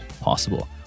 possible